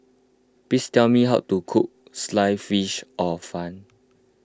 please tell me how to cook Sliced Fish Hor Fun